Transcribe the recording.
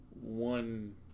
one